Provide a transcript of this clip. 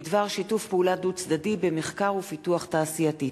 בדבר שיתוף פעולה דו-צדדי במחקר ופיתוח תעשייתי.